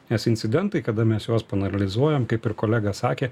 nes incidentai kada mes juos paanalizuojam kaip ir kolega sakė